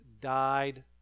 died